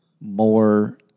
more